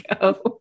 go